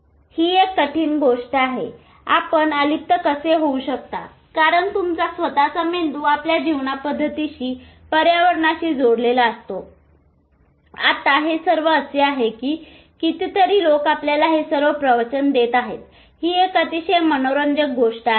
ही एक कठीण गोष्ट आहे कारण आपण अलिप्त कसे होऊ शकता कारण तुमचा स्वतःचा मेंदू आपल्या जीवनपद्धतीशी पर्यावरणाशी जोडलेला असतो आता सर्व हे असे आहे की कितीतरी लोक आपल्याला हे सर्व प्रवचन देत आहेत ही एक अतिशय मनोरंजक गोष्ट आहे